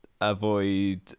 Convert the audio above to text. avoid